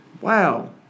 Wow